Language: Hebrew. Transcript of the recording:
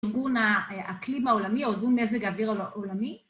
ארגון האקלים העולמי, ארגון מזג האוויר העולמי